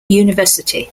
university